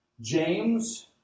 James